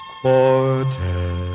Quartet